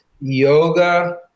Yoga